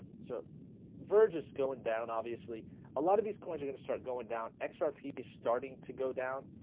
so verges going down obviously a lot of these coins are gonna start going down x rp is starting to go down